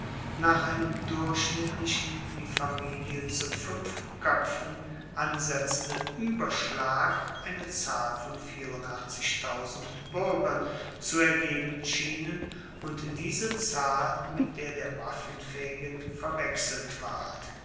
nach einem durchschnittlichen die familie zu fuenf koepfen ansetzenden ueberschlag eine zahl von buergern zu ergeben schienen und diese zahl mit der der waffenfaehigen verwechselt ward